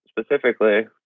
specifically